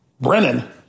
Brennan